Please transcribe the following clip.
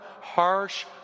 harsh